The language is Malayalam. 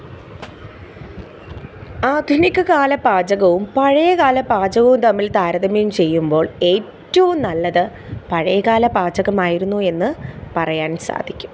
ആധുനികകാല പാചകവും പഴയകാല പാചകവും തമ്മിൽ താരതമ്യം ചെയ്യുമ്പോൾ ഏറ്റവും നല്ലത് പഴയകാല പാചകമായിരുന്നു എന്ന് പറയാൻ സാധിക്കും